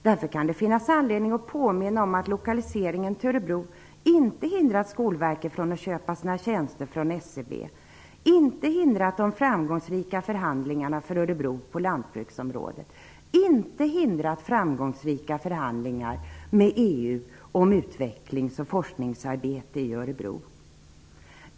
Därför kan det finnas anledning att påminna om att lokaliseringen till Örebro inte har hindrat Skolverket från att köpa sina tjänster från SCB, inte har hindrat de framgångsrika förhandlingarna för Örebro på lantbruksområdet och inte har hindrat de framgångsrika förhandlingarna med EU om utvecklings och forskningsarbete i Örebro.